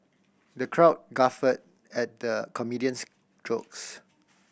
the crowd guffawed at the comedian's jokes